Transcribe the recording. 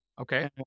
Okay